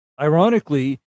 ironically